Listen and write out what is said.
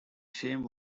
shame